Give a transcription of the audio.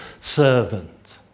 servant